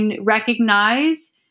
recognize